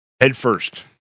headfirst